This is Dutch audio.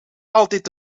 altijd